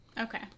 Okay